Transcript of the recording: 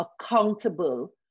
accountable